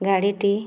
ଗାଡ଼ିଟି